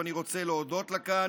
ואני רוצה להודות לה כאן.